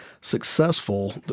successful